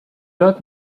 date